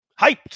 hyped